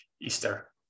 easter